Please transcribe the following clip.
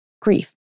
grief